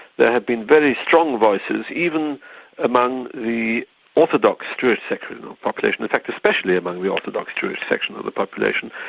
there had been very strong voices even among the orthodox jewish section of the population, in fact especially among the orthodox jewish section of the population,